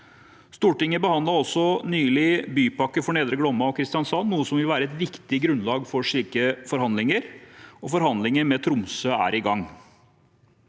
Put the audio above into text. Stortinget behandlet også nylig bypakker for både Nedre Glomma og Kristiansand, noe som vil være et viktig grunnlag for slike forhandlinger, og forhandlinger med Tromsø er i gang.